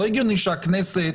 לא הגיוני שהכנסת